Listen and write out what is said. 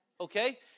Okay